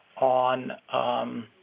on